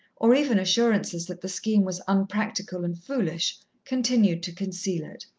or even assurances that the scheme was unpractical and foolish, continued to conceal it.